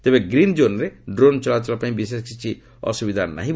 ତେବେ ଗ୍ରୀନ୍ ଜୋନ୍ରେ ଡ୍ରୋନ୍ ଚଳାଚଳ ପାଇଁ ବିଶେଷ କିଛି ଅସୁବିଧା ରହିବ ନାହିଁ